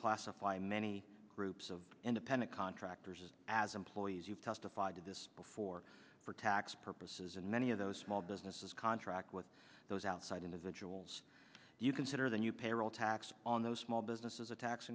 classify many groups of and dependent contractors as employees you've testified to this before for tax purposes and many of those small businesses contract with those outside individuals you consider the new payroll tax on those small businesses a tax